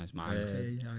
Okay